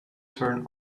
turn